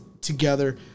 together